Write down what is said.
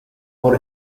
for